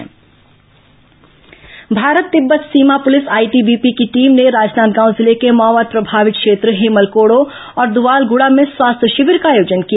ITBP शिविर Bharat Tibet सीमा पुलिस आईटीबीपी की टीम ने राजनांदगांव जिले के माओवाद प्रभावित क्षेत्र हेमलकोड़ो और दुवालगुड़ा में स्वास्थ्य शिविर का आयोजन किया